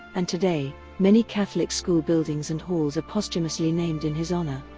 and today, many catholic school buildings and halls are posthumously named in his honor.